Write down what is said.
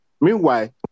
Meanwhile